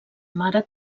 mare